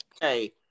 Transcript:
hey